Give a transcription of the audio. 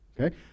Okay